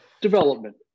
Development